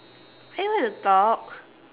to talk